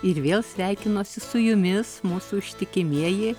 ir vėl sveikinuosi su jumis mūsų ištikimieji